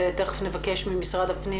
ותיכף נבקש שוב ממשרד הפנים,